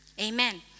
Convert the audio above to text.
amen